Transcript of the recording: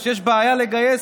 גם לי יש הצעת חוק כזאת.